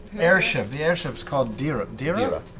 airship. the airship's called deera. deera?